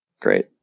great